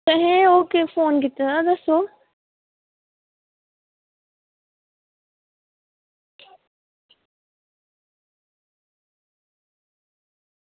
ऐहें ओह् फोन कीते दा हा दस्सो